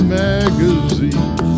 magazine